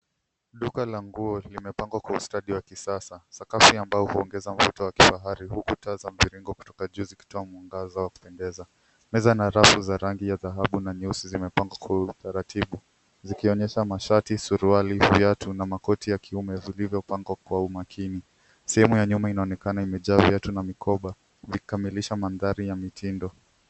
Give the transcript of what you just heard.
Duka la nguo limepangwa kwa ustadi wa kisasa. Sakafu ya mbao huongeza mvuto wa kifahari, huku kuta za mviringo kutoka juu zikitoa mwangaza wa kupendeza. Meza na rafu za rangi ya dhahabu na nyeusi zimepangwa kwa utaratibu. Zikionyesha mashati, suruali, viatu, na makoti ya kiume yaliyopangwa kwa umakini. Sehemu ya nyuma inaonekana imejaa viatu na mikoba, kukamilisha mandhari ya mitindo.